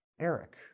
Eric